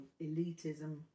elitism